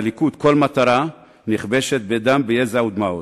בליכוד כל מטרה נכבשת בדם, ביזע ובדמעות.